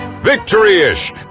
Victory-ish